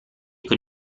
con